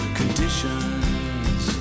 conditions